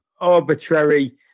arbitrary